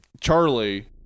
Charlie